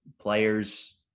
players